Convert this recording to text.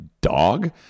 dog